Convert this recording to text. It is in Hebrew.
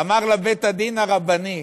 אמר לה בית-הדין הרבני,